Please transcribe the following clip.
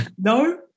No